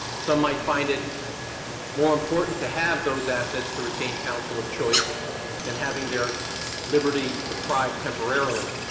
some might find it more important to have those assets to retain counsel of choice than having their liberty deprived temporarily.